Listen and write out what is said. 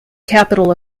capital